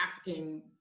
African